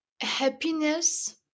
happiness